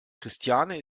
christiane